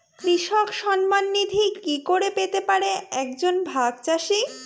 কৃষক সন্মান নিধি কি করে পেতে পারে এক জন ভাগ চাষি?